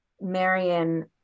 Marion